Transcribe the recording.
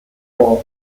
for